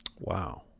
Wow